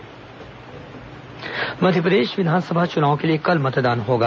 मध्यप्रदेश चुनाव मध्यप्रदेश विधानसभा चुनाव के लिए कल मतदान होगा